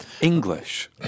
English